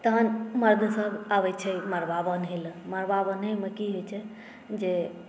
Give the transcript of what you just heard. तहन मर्दसभ आबैत छै मड़बा बान्हय लेल मड़बा बान्हयमे की होइत छै जे